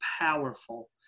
powerful